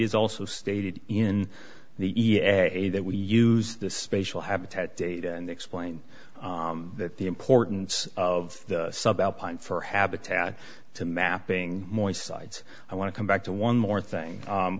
is also stated in the e a a that we use the spatial habitat data and explain that the importance of the sub alpine for habitat to mapping moist sides i want to come back to one more thing